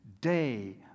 day